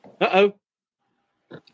Uh-oh